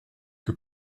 que